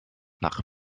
nach